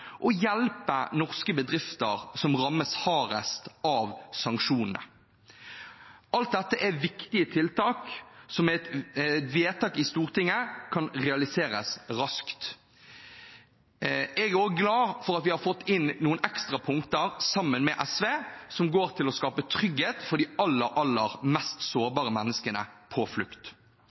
hjelpe norske bedrifter som rammes hardest av sanksjonene. Alt dette er viktige tiltak som med et vedtak i Stortinget kan realiseres raskt. Jeg er også glad for at vi har fått inn noen ekstra punkter sammen med SV, som går til å skape trygghet for de aller, aller mest sårbare menneskene på flukt.